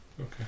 Okay